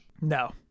No